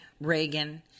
Reagan